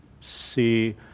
see